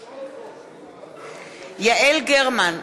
בעד יעל גרמן,